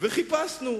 וחיפשנו.